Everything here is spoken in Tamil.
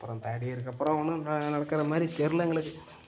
அப்புறம் தேர்ட் இயருக்கு அப்புறம் ஒன்றும் ந நடக்கிற மாதிரி தெரில எங்களுக்கு